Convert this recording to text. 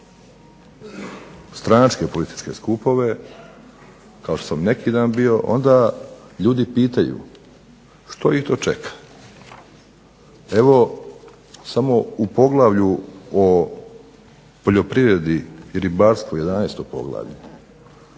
stranačke političke skupove kao što sam neki dan bio, onda ljudi pitaju što ih to čeka. Evo samo u poglavlju o poljoprivredi i ribarstvu 11 poglavlje.